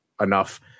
enough